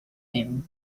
him